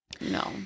No